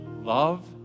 love